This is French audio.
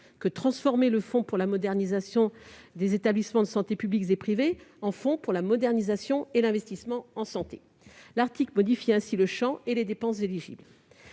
qu'à transformer le fonds de modernisation des établissements de santé publics et privés (FMESPP) en fonds pour la modernisation et l'investissement en santé (FMIS), il en modifie ainsi le champ comme les dépenses éligibles.